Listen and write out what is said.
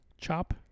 chop